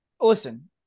Listen